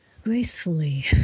Gracefully